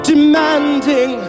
Demanding